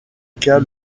cas